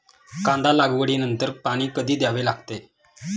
कांदा लागवडी नंतर पाणी कधी द्यावे लागते?